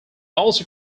also